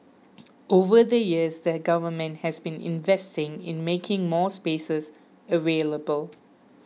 over the years the government has been investing in making more spaces available